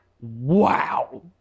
Wow